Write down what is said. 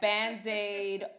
Band-Aid